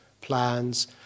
plans